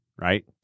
right